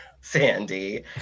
Sandy